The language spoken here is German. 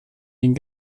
den